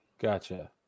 Gotcha